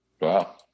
Wow